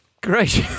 Great